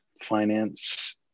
finance